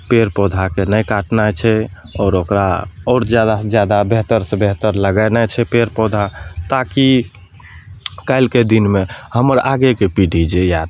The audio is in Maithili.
पेड़ पौधाके नहि काटनाइ छै आओर ओकरा आओर जादासँ जादा बेहतरसँ बेहतर लगेनाइ छै पेड़ पौधा ताकि काल्हिके दिनमे हमर आगेके पीढ़ी जे आएत